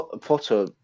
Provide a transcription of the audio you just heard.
Potter